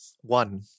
One